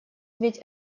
ведь